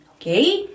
Okay